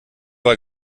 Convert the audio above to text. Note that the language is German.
war